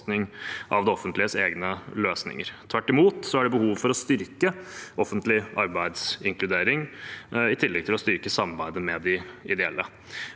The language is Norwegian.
av det offentliges egne løsninger. Tvert imot er det behov for å styrke offentlig arbeidsinkludering i tillegg til å styrke samarbeidet med de ideelle.